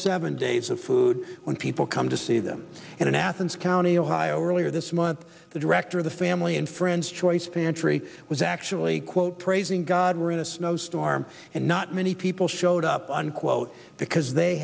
seven days of food when people come to see them in athens county ohio earlier this month the director of the family and friends choice pantry was actually quote praising god we're in a snowstorm and not many people showed up unquote because they